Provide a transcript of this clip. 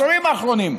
בעשורים האחרונים,